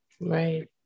Right